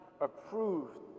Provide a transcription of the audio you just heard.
approved